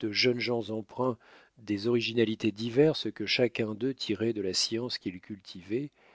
de jeunes gens empreints des originalités diverses que chacun d'eux tirait de la science qu'il